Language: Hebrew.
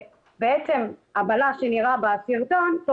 הבלש שנראה בסרטון,